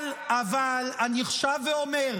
אבל אני שב ואומר: